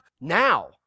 now